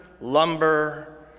lumber